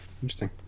Interesting